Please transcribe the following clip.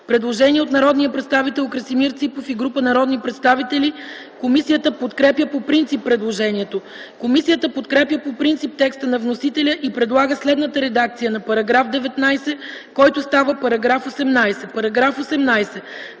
Предложение от народния представител Красимир Ципов и група народни представители. Комисията подкрепя по принцип предложението. Комисията подкрепя по принцип текста на вносителя и предлага следната редакция на § 19, който става § 18: „§ 18.